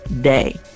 day